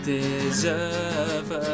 deserve